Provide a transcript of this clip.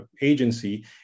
agency